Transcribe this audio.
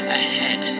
ahead